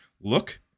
look